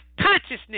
consciousness